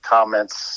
Comments